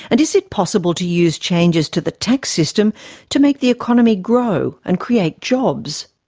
and is it possible to use changes to the tax system to make the economy grow and create jobs?